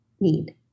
need